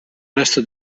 resto